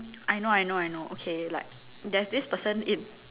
I know I know I know okay like there's this person in